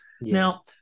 now